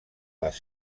les